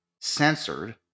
censored